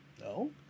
no